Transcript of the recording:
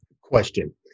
Question